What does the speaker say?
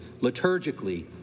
liturgically